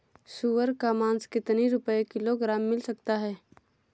सुअर का मांस कितनी रुपय किलोग्राम मिल सकता है?